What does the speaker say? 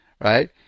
right